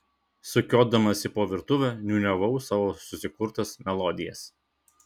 sukiodamasi po virtuvę niūniavau savo susikurtas melodijas